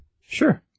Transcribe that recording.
Sure